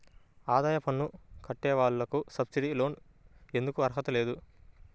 ఆదాయ పన్ను కట్టే వాళ్లకు సబ్సిడీ లోన్ ఎందుకు అర్హత లేదు?